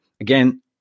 again